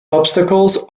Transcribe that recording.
obstacles